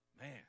man